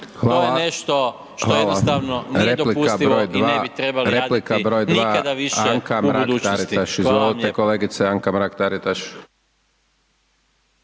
To je nešto što jednostavno nije dopustivo i ne bi trebali raditi nikada više u budućnosti. **Hajdaš